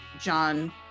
John